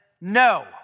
no